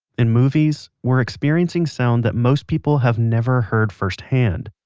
in movies, we're experiencing sounds that most people have never heard first hand.